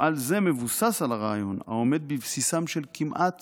מפעל זה מבוסס על הרעיון העומד בבסיסם של כמעט